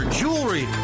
jewelry